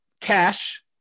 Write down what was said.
Cash